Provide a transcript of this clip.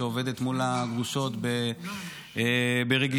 שעובדת מול הגרושות ברגישות,